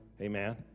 Amen